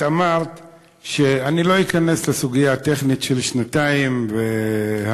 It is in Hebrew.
אני לא אכנס לסוגיה הטכנית של שנתיים ואמות מידה.